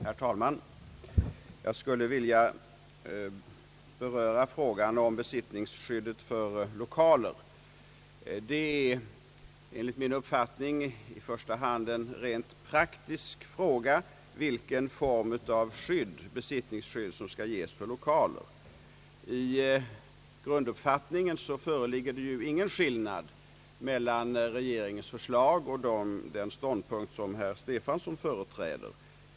Herr talman! Jag vill beröra frågan om besittningsskyddet för lokaler. Vilken form av besittningsskydd som skall ges för lokaler är enligt min uppfattning i första hand en rent praktisk fråga. Det föreligger ingen skillnad i grunduppfattning mellan utskottets förslag och den ståndpunkt herr Stefanson företräder.